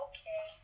Okay